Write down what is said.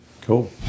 Cool